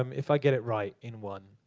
um if i get it right in one.